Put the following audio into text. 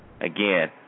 Again